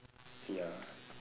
ya